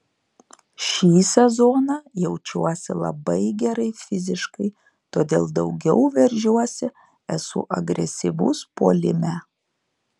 šį sezoną jaučiuosi labai gerai fiziškai todėl daugiau veržiuosi esu agresyvus puolime